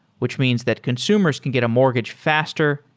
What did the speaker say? which means that consumers can get a mortgage faster,